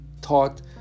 taught